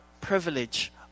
privilege